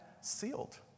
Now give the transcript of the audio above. sealed